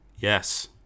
Yes